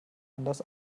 anders